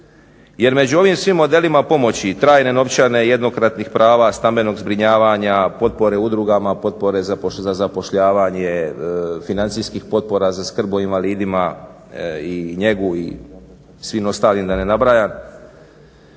jer među ovim svim modelima pomoći trajne novčane, jednokratnih prava, stambenog zbrinjavanja, potpore udrugama, potpore za zapošljavanje, financijskih potpora za skrb o invalidima, njegu i svim ostalim da ne nabrajam.